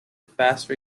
faster